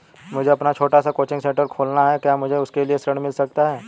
मुझे अपना छोटा सा कोचिंग सेंटर खोलना है क्या मुझे उसके लिए ऋण मिल सकता है?